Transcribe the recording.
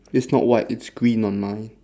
it's not white it's green on mine